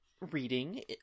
reading